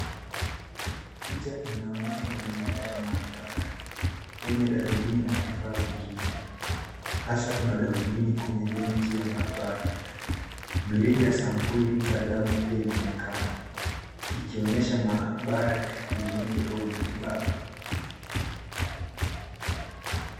Picha inaonyesha mazingira ya maabara yenye darubini na vifaa vingine, hasa kuna darubini kwenye benchi ya maabara , mirija ya sampuli za damu pia inaonekana ikionyesha maabara ya kliniki au matibabu.